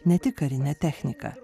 ne tik karine technika